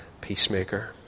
peacemaker